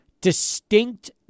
distinct